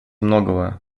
многого